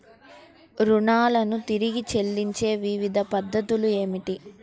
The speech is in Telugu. రుణాలను తిరిగి చెల్లించే వివిధ పద్ధతులు ఏమిటి?